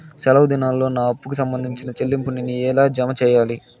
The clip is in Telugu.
సెలవు దినాల్లో నా అప్పుకి సంబంధించిన చెల్లింపులు నేను ఎలా జామ సెయ్యాలి?